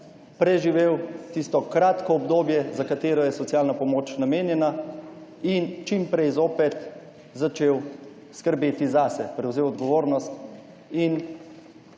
preživel tisto kratko obdobje, za katero je socialna pomoč namenjena, in čim prej zopet začel skrbeti zase, prevzel odgovornost in